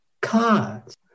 Cards